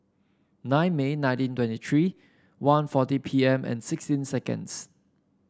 nine May nineteen twenty three one forty P M and sixteen seconds